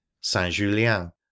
Saint-Julien